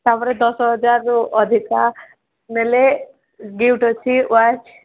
ତାପରେ ଦଶ ହଜାର ଯୋଉ ଅଧିକା ନେଲେ ଗିଫ୍ଟ ଅଛି ୱାଚ୍